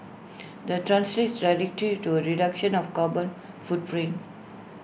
that translates directly to A reduction of carbon footprint